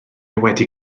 wedi